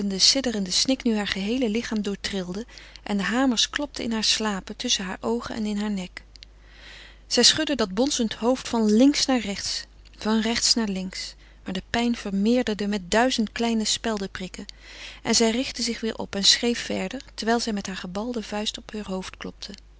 sidderende snik nu haar geheele lichaam doortrilde en de hamers klopten in hare slapen tusschen hare oogen en in heur nek zij schudde dat bonzend hoofd van links naar rechts van rechts naar links maar de pijn vermeerderde met duizend kleine speldeprikken en zij richtte zich weêr op en schreef verder terwijl zij met haar gebalde vuist op heur hoofd klopte